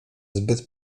zbyt